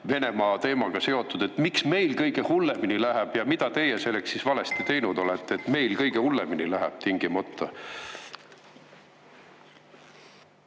Venemaa teemaga seotud. Miks meil kõige hullemini läheb ja mida teie valesti teinud olete, et meil kõige hullemini läheb tingimata?